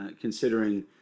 considering